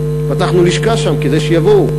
פתחנו שם לשכה כדי שיבואו.